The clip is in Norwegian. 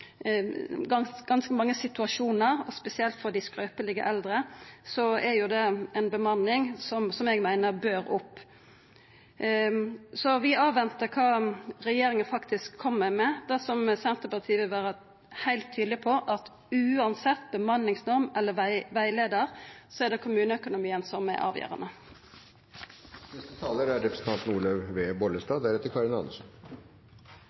ganske mange situasjonar. Spesielt for dei skrøpelege eldre er det ei bemanning som eg meiner bør hevast. Vi ventar på det som regjeringa faktisk kjem med. Det Senterpartiet vil vera heilt tydeleg på, er at uansett bemanningsnorm eller rettleiing er det kommuneøkonomien som er avgjerande. Kristelig Folkeparti er